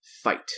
Fight